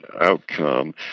outcome